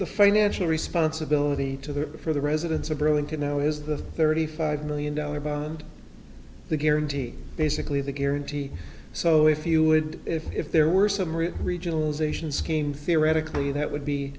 the financial responsibility to the for the residents of burlington now is the thirty five million dollar bond the guarantee basically the guarantee so if you would if there were some real regional zation scheme theoretically that would be